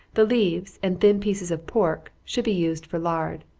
the leaves, and thin pieces of pork, should be used for lard.